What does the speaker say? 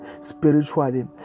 spiritually